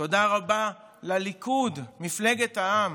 תודה רבה לליכוד, מפלגת העם,